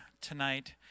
tonight